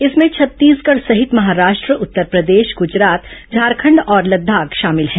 इसमें छत्तीसगढ़ सहित महाराष्ट्र उत्तरप्रदेश गुजरात झारखंड और लद्दाख शामिल हैं